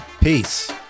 Peace